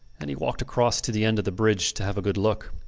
and he walked across to the end of the bridge to have a good look.